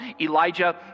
Elijah